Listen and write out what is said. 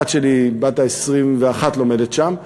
הבת שלי בת ה-21 לומדת שם,